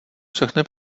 všechny